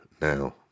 now